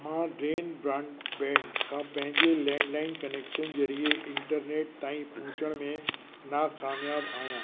मां ड्रेन ब्रांडब्रैंड खां पंहिंजे लैंडलाइन कनैक्शन ज़रिए इंटरनेट ताईं पहुचण में नाकामयाब आहियां